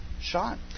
shot